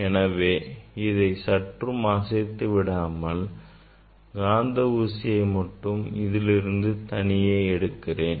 எனவே இதை சற்றும் அசைத்து விடாமல் காந்தஊசியை மட்டும் இதிலிருந்து தனியே எடுக்கிறேன்